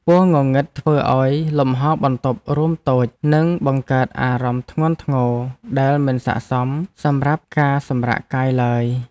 ពណ៌ងងឹតធ្វើឱ្យលំហរបន្ទប់រួមតូចនិងបង្កើតអារម្មណ៍ធ្ងន់ធ្ងរដែលមិនស័ក្តិសមសម្រាប់ការសម្រាកកាយឡើយ។